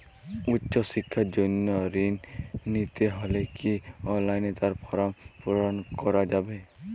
উচ্চশিক্ষার জন্য ঋণ নিতে হলে কি অনলাইনে তার ফর্ম পূরণ করা যাবে?